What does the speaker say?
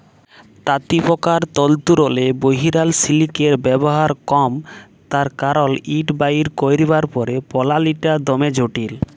তাঁতিপকার তল্তুরলে বহিরাল সিলিকের ব্যাভার কম তার কারল ইট বাইর ক্যইরবার পলালিটা দমে জটিল